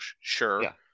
sure